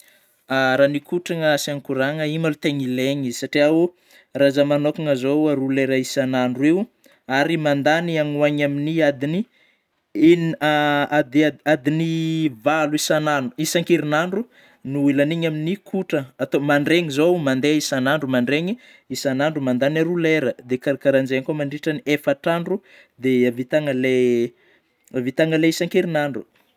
Raha ny kôtrana asiana kôragna; iny malô tegna ilainy, satrià oh raha zaho manôkana zao aroa alera isan'andro eo ary mandany any ho any amin'ny adin'ny egnina adi-adin'ny valo isn'andro isankerin'andro no lanina amin'ny kôtrana atôa. Mandreigny zao mandeha isan'andro mandraigny, isan'andro mandany aroa lera de karakaranjeiny koa mandritry ny efatra andro de havitana le, ahavitagna le isankerin'andro.